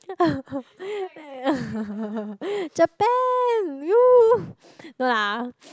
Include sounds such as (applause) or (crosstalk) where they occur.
(laughs) Japan !woo! no lah